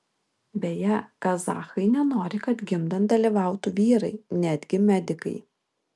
beje kazachai nenori kad gimdant dalyvautų vyrai netgi medikai